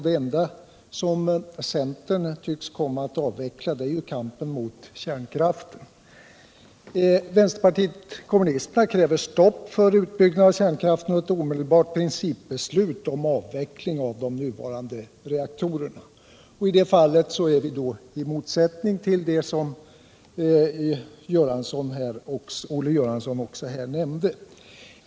Det enda som centern tycks komma att avveckla är kampen mot kärnkraften. Vänsterpartiet kommunisterna kräver stopp för utbyggnad av kärnkraften och ett omedelbart principbeslut om avveckling av de nuvarande reaktorerna. Detta står i motsättning till det som Olle Göransson nämnde.